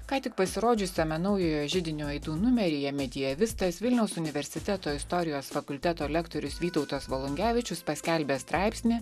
ką tik pasirodžiusiame naujojo židinio aidų numeryje medievistas vilniaus universiteto istorijos fakulteto lektorius vytautas volungevičius paskelbė straipsnį